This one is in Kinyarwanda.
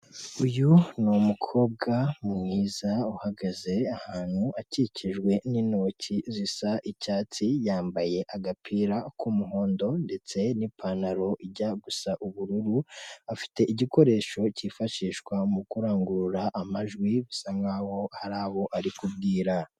Uyu ni umukobwa mwiza, uhagaze ahantu akikijwe n'intoki zisa icyatsi, yambaye agapira k'umuhondo ndetse n'ipantaro ijya gusa ubururu, afite igikoresho cyifashishwa mu kurangurura amajwi, bisa nk'aho hari abo ari kubwira.